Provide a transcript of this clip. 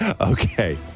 okay